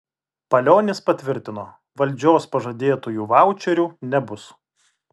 palionis patvirtino valdžios pažadėtųjų vaučerių nebus